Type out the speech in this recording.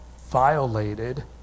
violated